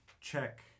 check